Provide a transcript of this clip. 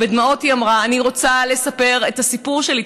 ובדמעות היא אמרה: אני רוצה לספר את הסיפור שלי,